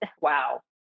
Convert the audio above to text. wow